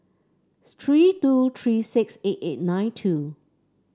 three two three six eight eight nine two